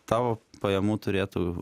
tavo pajamų turėtų